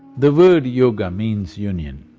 the word yoga means union.